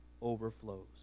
overflows